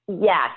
Yes